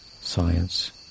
science